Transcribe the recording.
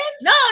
No